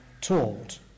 taught